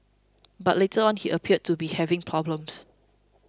but later on he appeared to be having problems